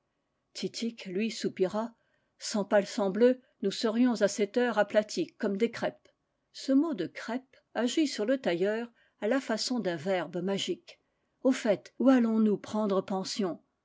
titik lui soupira sans palsambleu nous serions à cette heure aplatis comme des crêpes ce mot de crêpes agit sur le tailleur à la façon d'un verbe magique au fait où allons-nous prendre pension